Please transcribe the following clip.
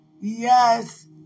Yes